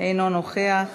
אינו נוכח.